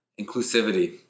Inclusivity